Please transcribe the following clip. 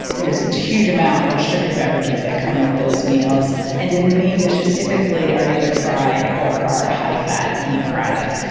there is a huge amount of sugar beverages that come with those meals and in the main dishes typically are either fried or are a high fat meat product.